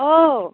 औ